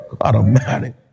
Automatic